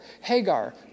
Hagar